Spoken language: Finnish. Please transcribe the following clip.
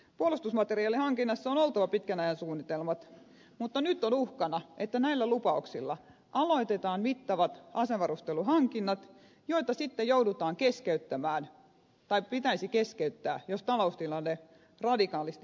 puolustusmateriaalihankinnassa on oltava pitkän ajan suunnitelmat mutta nyt on uhkana että näillä lupauksilla aloitetaan mittavat asevarusteluhankinnat joita sitten joudutaan keskeyttämään tai pitäisi keskeyttää jos taloustilanne radikaalisti heikkenee niin kuin näyttää